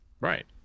Right